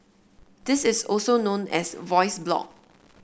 this is also known as a voice blog